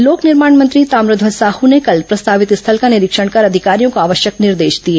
लोक निर्माण मंत्री ताम्रध्वज साहू ने कल प्रस्तावित स्थल का निरीक्षण कर अधिकारियों को आवश्यक निर्देश दिए